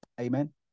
Amen